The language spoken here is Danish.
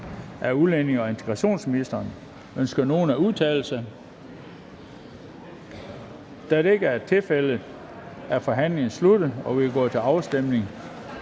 er stillet ændringsforslag. Ønsker nogen at udtale sig? Da det ikke er tilfældet, er forhandlingen sluttet, og vi går til afstemning.